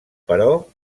però